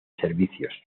servicios